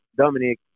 Dominic